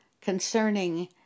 concerning